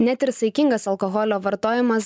net ir saikingas alkoholio vartojimas